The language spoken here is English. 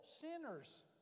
sinners